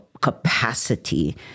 capacity